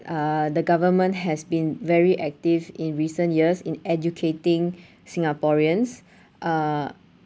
err the government has been very active in recent years in educating singaporeans uh